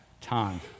time